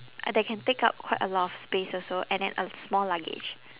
uh that can take up quite a lot of space also and then a small luggage